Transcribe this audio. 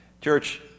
Church